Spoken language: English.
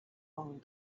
along